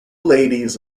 ladies